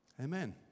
Amen